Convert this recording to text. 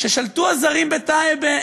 כששלטו הזרים בטייבה,